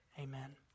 Amen